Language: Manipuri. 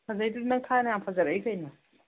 ꯐꯖꯩꯗꯨꯗꯤ ꯅꯪ ꯊꯥꯏꯅ ꯌꯥꯝ ꯐꯖꯔꯛꯏ ꯀꯩꯅꯣ